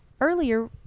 Earlier